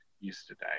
yesterday